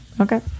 Okay